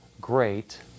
Great